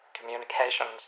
Communications